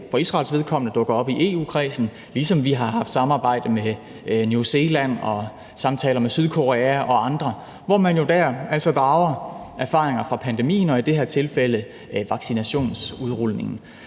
for Israels vedkommende ikke dukker op i EU-kredsen, ligesom vi har haft samarbejde med New Zealand og samtaler med Sydkorea og andre, hvor man jo der altså drager erfaringer fra pandemien og i det her tilfælde vaccinationsudrulningen.